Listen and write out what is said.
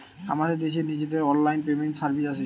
আমাদের দেশের নিজেদের অনলাইন পেমেন্ট সার্ভিস আছে